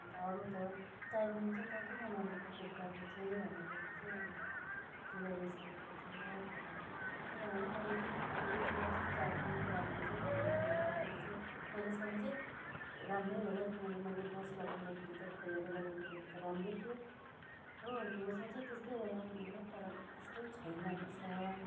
अरू त टाइम दिन्छ त किन नदिएको फ्लिपकार्टले चाहिँ भन्दाखेरि चाहिँ अन्त ढिलो भइसकेको थियो भनेर भन्यो किनभने मैले दुई तिन दिन या चार दिनको बादमा चाहिँ खोलेर हेर्दा चैँ मैले सम्झे राम्रै होला किनभने मैले फर्स्ट लगाउँदाखेरि त खोलेर लगाउँदाखेरि त राम्रै थियो हो म त सोचे हो त्यस्तै होला भनेर तर त्यस्तो छैन रहेछ